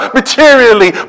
materially